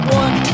one